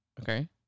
Okay